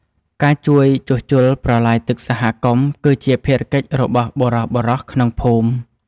ការជួយជួសជុលប្រឡាយទឹកសហគមន៍ គឺជាភារកិច្ចរបស់បុរសៗក្នុងភូមិ។